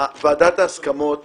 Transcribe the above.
ועדת ההסכמות